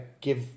give